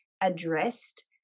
addressed